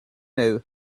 know